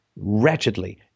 wretchedly